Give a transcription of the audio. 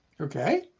Okay